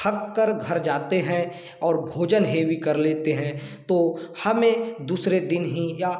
थक कर घर जाते है और भोजन हेवी कर लेते है तो हमें दूसरे दिन ही या